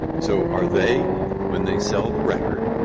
so are they when they sell the record